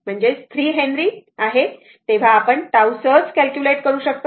तर आपण सहज τ कॅल्क्युलेट करू शकतो